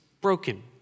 broken